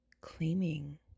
claiming